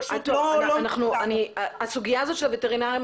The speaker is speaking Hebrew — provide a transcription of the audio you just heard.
פשוט לא --- תיכף נפתח את הסוגיה של הווטרינרים,